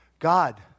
God